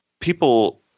people